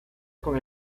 con